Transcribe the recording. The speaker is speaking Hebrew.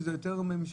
שזה יותר ממשלה,